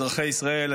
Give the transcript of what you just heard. אזרחי ישראל,